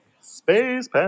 Space